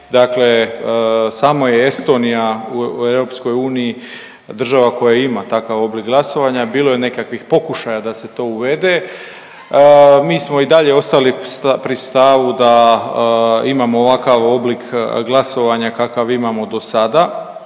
dakle samo je Estonija u EU država koja ima takav oblik glasovanja. Bilo je nekakvih pokušaja da se to uvede, mi smo i dalje ostali pri stavu da imamo ovakav oblik glasovanja kakav imamo dosada,